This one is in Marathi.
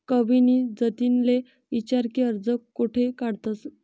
कविनी जतिनले ईचारं की कर्ज कोठे काढतंस